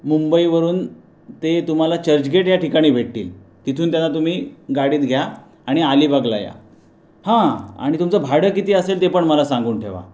मुंबईवरून ते तुम्हाला चर्चगेट या ठिकाणी भेटतील तिथून त्यांना तुम्ही गाडीत घ्या आणि अलिबागला या हां आणि तुमचं भाडं किती असेल ते पण मला सांगून ठेवा